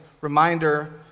reminder